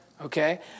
Okay